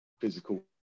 physical